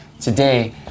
today